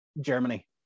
Germany